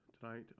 tonight